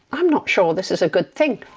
i'm not sure this is a good thing,